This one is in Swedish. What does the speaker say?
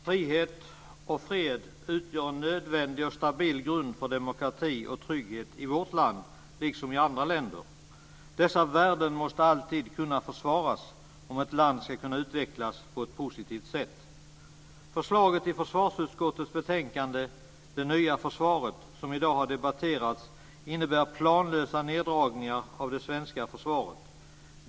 Fru talman! Frihet och fred utgör en nödvändig och stabil grund för demokrati och trygghet i vårt land liksom i andra länder. Dessa värden måste alltid kunna försvaras om ett land ska kunna utvecklas på ett positivt sätt. Förslaget i försvarsutskottets betänkande Det nya försvaret som i dag har debatterats innebär planlösa neddragningar av det svenska försvaret.